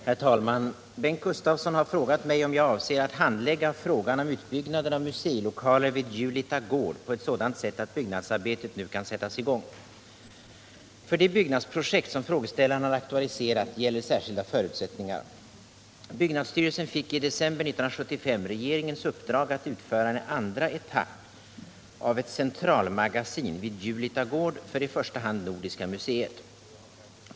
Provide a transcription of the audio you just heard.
Herr talman! Bengt Gustavsson har frågat mig om jag avser att handlägga frågan om utbyggnaden av museilokaler vid Julita gård på ett sådant sätt att byggnadsarbetet nu kan sättas i gång. För det byggnadsprojekt som frågeställaren har aktualiserat gäller särskilda förutsättningar. Byggnadsstyrelsen fick i december 1975 regeringens uppdrag att utföra en andra etapp av ett centralmagasin vid Julita gård för i första hand Nordiska museet.